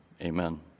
Amen